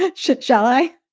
ah shall shall i,